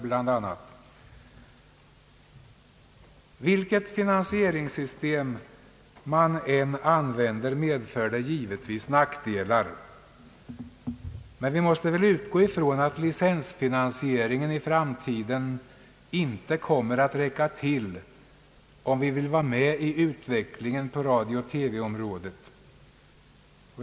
Alla finansieringssystem medför givetvis nackdelar, men vi måste väl utgå ifrån att licensfinansieringen i framtiden inte kommer att räcka till, om vi vill vara med i utvecklingen på radiooch TV-området.